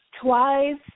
twice